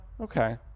okay